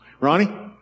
Ronnie